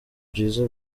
byiza